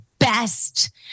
best